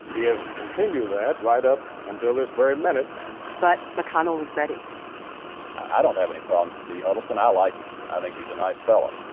he has continued that right up until this very minute but mcconnell was ready i don't have any problems with dee huddleston. i like him. i think he's a nice fellow.